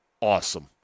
awesome